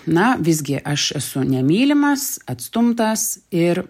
na visgi aš esu nemylimas atstumtas ir